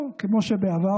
או כמו בעבר,